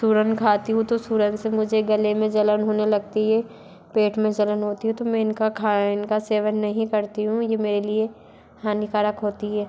सूरन खाती हूँ तो सूरन से मुझे गले में जलन होने लगती है पेट में जलन होती है तो मे इनका खाया इनका सेवन नहीं करती हूँ ये मेरे लिए हानिकारक होती है